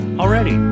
already